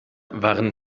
waren